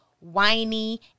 whiny